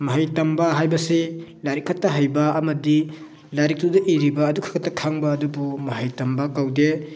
ꯃꯍꯩ ꯇꯝꯕ ꯍꯥꯏꯕꯁꯤ ꯂꯥꯏꯔꯤꯛ ꯈꯛꯇ ꯍꯩꯕ ꯑꯃꯗꯤ ꯂꯥꯏꯔꯤꯛꯇꯨꯗ ꯏꯔꯤꯕ ꯑꯗꯨ ꯈꯛꯇ ꯈꯪꯕ ꯑꯗꯨꯕꯨ ꯃꯍꯩ ꯇꯝꯕ ꯀꯧꯗꯦ